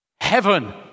Heaven